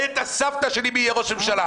מעניין את הסבתא שלי מי יהיה ראש הממשלה.